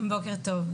בוקר טוב,